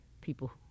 people